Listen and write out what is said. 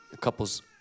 couples